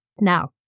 Now